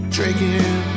Drinking